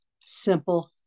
Simple